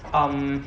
um